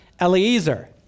Eliezer